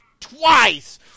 twice